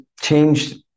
changed